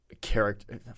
character